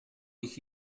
ich